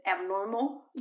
abnormal